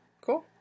Cool